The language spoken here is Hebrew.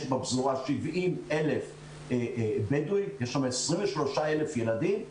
יש בפזורה 70,000 בדואים ו-23,000 ילדים.